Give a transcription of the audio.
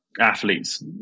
athletes